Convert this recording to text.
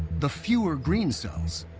the fewer green cells,